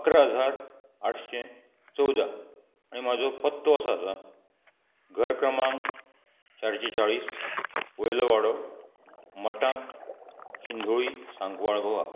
अकरा हजार आठशें चवदा आनी म्हाजो पत्तो आसा घर क्रमांक चारशे चाळीस वयलो वाडो मटांत शिंधोळी सांकवाळ गोवा